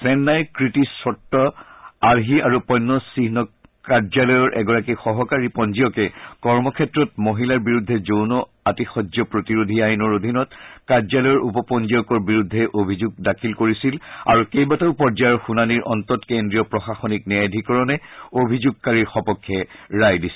চেন্নাইৰ কৃতি স্বত আৰ্হি আৰু পণ্য চিহ্ন কাৰ্যালয়ৰ এগৰাকী সহকাৰী পঞ্জীয়কে কৰ্মক্ষেত্ৰত মহিলাৰ বিৰুদ্ধে যৌন আতিশয্য প্ৰতিৰোধী আইনৰ অধীনত কাৰ্যালয়ৰ উপ পঞ্জীয়কৰ বিৰুদ্ধে অভিযোগ দাখিল কৰিছিল আৰু কেইবাটাও পৰ্যায়ৰ শুনানিৰ অন্তত কেন্দ্ৰীয় প্ৰশাসনিক ন্যায়াধিকৰণে অভিযোগকাৰীৰ সপক্ষে ৰায় দিছিল